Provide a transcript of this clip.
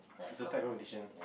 is a type of diction